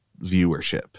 viewership